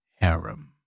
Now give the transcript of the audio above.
harem